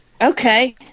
Okay